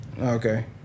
Okay